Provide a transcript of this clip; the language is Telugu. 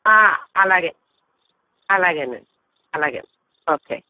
అలాగే అలాగే అండి అలాగే ఓకే